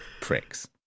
pricks